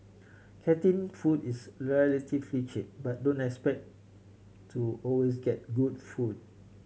canteen food is relatively cheap but don't expect to always get good food